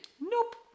Nope